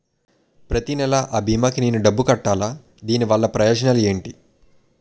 ప్రతినెల అ భీమా కి నేను డబ్బు కట్టాలా? దీనివల్ల ప్రయోజనాలు ఎంటి?